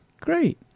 Great